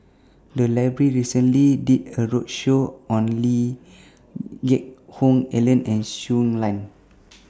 The Library recently did A roadshow on Lee Geck Hoon Ellen and Shui Lan